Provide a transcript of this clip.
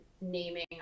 naming